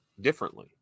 differently